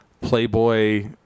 Playboy